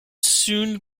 soon